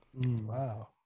Wow